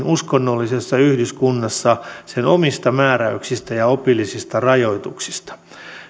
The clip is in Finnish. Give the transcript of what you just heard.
uskonnollisessa yhdyskunnassa sen omista määräyksistä ja opillisista rajoituksista